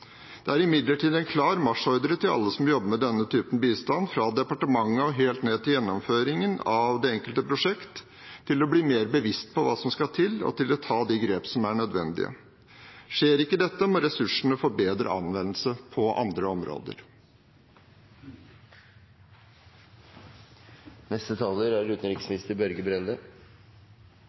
Det er imidlertid en klar marsjordre til alle som jobber med denne typen bistand, fra departementet og helt ned til gjennomføringen av det enkelte prosjekt, til å bli mer bevisst på hva som skal til, og til å ta de grep som er nødvendig. Skjer ikke dette, må ressursene få bedre anvendelse på andre områder. Målet for utviklingspolitikken er